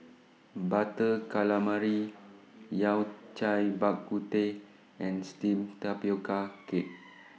Butter Calamari Yao Cai Bak Kut Teh and Steamed Tapioca Cake